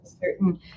certain